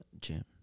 gym